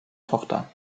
tochter